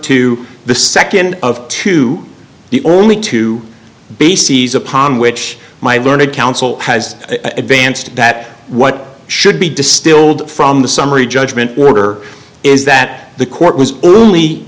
to the nd of two the only two bases upon which my learned counsel has advanced that what should be distilled from the summary judgment order is that the court